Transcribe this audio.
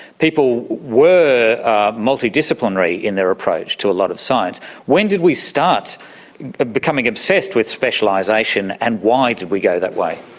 people were multidisciplinary in their approach to a lot of science. when did we start becoming obsessed with specialisation, and why did we go that way?